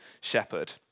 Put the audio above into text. shepherd